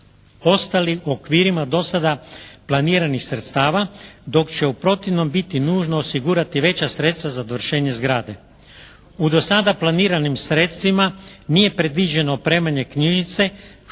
ostali u okvirima do sada planiranih sredstava, dok će u protivnom biti nužno osigurati veća sredstva za dovršenje zgrade. U do sada planiranim sredstvima nije predviđeno opremanje knjižnice